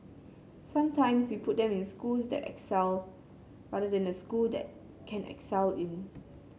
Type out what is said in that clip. sometimes we put them in schools that excel rather than a school that can excel in